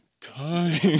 time